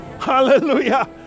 Hallelujah